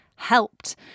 helped